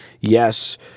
yes